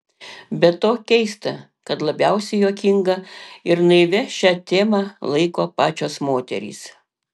be to keista kad labiausiai juokinga ir naivia šią temą laiko pačios moterys